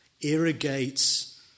irrigates